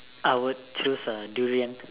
I would choose a durian